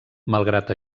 malgrat